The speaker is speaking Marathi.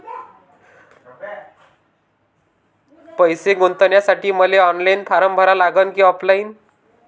पैसे गुंतन्यासाठी मले ऑनलाईन फारम भरा लागन की ऑफलाईन?